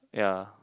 yeah